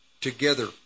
together